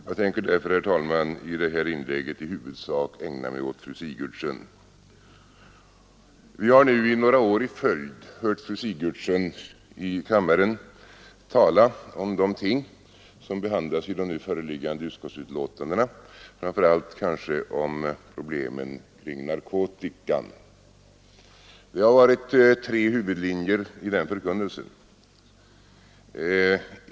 Jag tänker därför i detta inlägg i huvudsak ägna mig åt fru Sigurdsen. Vi har här några år i följd hört fru Sigurdsen i kammaren tala om de ting som behandlas i nu förevarande utskottsbetänkanden, framför allt kanske när det rört problemen omkring narkotika. I den förkunnelsen har det funnits tre huvudlinjer.